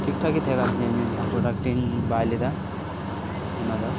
ᱴᱷᱤᱠ ᱴᱷᱟᱠ ᱜᱮ ᱛᱟᱦᱮᱸ ᱠᱟᱱ ᱛᱤᱧᱟᱹ ᱤᱧᱟᱹᱜ ᱡᱟᱦᱟᱸ ᱯᱨᱳᱰᱟᱠᱴ ᱤᱧ ᱵᱟᱭ ᱞᱮᱫᱟ ᱚᱱᱟ ᱫᱚ